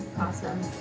Awesome